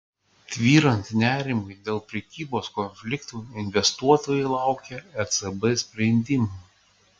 tvyrant nerimui dėl prekybos konfliktų investuotojai laukia ecb sprendimų